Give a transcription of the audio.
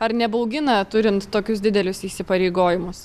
ar nebaugina turint tokius didelius įsipareigojimus